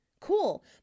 Cool